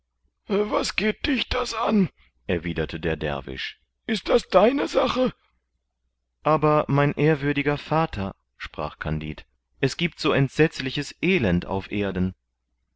was geht dich das an erwiderte der derwisch ist das deine sache aber mein ehrwürdiger vater sprach kandid es giebt so entsetzliches elend auf erden